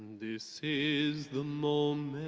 this is the moment.